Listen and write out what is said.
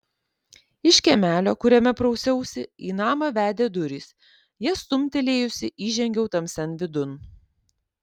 iš kiemelio kuriame prausiausi į namą vedė durys jas stumtelėjusi įžengiau tamsian vidun